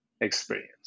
experience